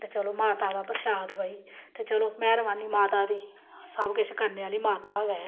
ते चलो माता दा परशाद भाई ते चलो मेह्रबानी माता दी सब किश करने आह्ली माता गै ऐ